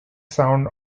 sound